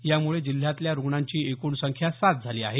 यामुळे जिल्ह्यातल्या रुग्णांची एकूण संख्या सात झाली आहे